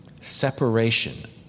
separation